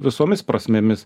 visomis prasmėmis